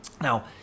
Now